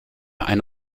eine